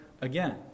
again